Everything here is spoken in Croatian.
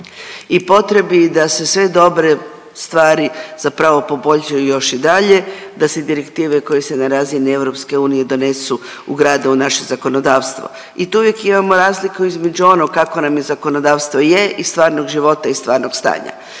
i potrebi da se sve dobre stvari zapravo poboljšaju još i dalje, da se direktive koje se na razini EU donesu, ugrade u naše zakonodavstvo. I to uvijek imamo razliku između onog kako nam i zakonodavstvo je i stvarnog života i stvarnog stanja.